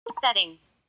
Settings